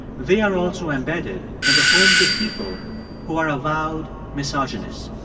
they are also embedded in the homes of people who are avowed misogynists.